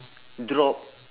drop